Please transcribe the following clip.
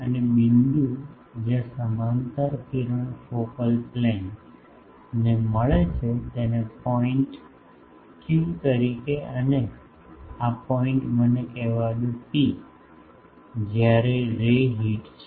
અને બિંદુ જ્યાં સમાંતર કિરણ ફોકલ પ્લેનને મળે છે તેને પોઇન્ટ ક્યૂ તરીકે અને આ પોઇન્ટ મને કહેવા દો પી જ્યાં રે હિટ છે